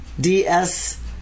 DS